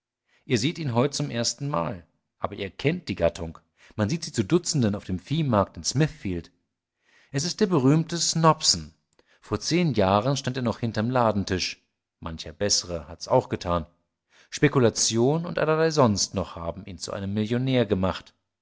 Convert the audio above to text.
ihr seht ihn heute zum erstenmal aber ihr kennt die gattung man sieht sie zu dutzenden auf dem viehmarkt in smithfield es ist der berühmte snobson vor zehn jahren stand er noch hinterm ladentisch mancher bessere hat's auch getan spekulation und allerlei sonst noch haben ihn zu einem millionär gemacht